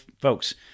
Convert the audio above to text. folks